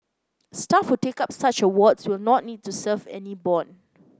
staff who take up such awards will not need to serve any bond